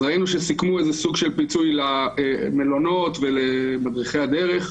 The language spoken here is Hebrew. אז ראינו שסיכמו איזשהו סוג של פיצוי למלונות ולמדריכי הדרך.